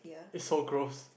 it's so gross